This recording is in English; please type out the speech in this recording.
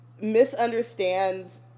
misunderstands